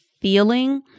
feeling